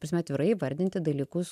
prasme atvirai įvardinti dalykus